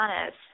honest